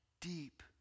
deep